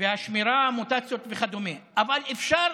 ואת השמירה, המוטציות וכדומה, אבל אפשר